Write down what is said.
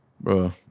Bro